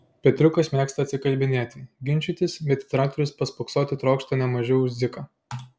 petriukas mėgsta atsikalbinėti ginčytis bet į traktorius paspoksoti trokšta ne mažiau už dziką